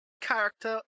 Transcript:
character